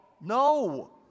No